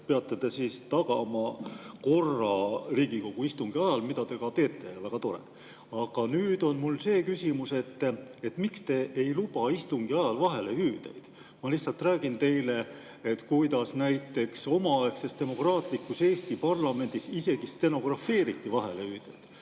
peate te tagama korra Riigikogu istungi ajal, mida te ka teete – väga tore! Aga mul on küsimus, miks te ei luba istungi ajal vahelehüüdeid. Ma lihtsalt räägin teile, et näiteks omaaegses demokraatlikus Eesti parlamendis isegi stenografeeriti vahelehüüded.